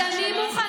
אז אני מוכנה,